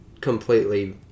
completely